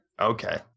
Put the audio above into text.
Okay